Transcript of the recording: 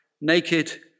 naked